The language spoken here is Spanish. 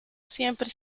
siempre